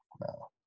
no